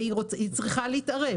והוא צריך להתערב.